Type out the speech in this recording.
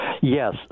Yes